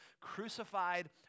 crucified